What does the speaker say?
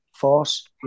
Force